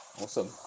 Awesome